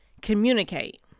communicate